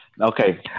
Okay